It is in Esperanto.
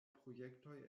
projektoj